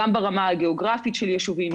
גם ברמה הגיאוגרפית של יישובים,